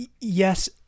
yes